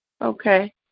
Okay